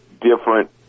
different